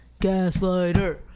Gaslighter